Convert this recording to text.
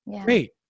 great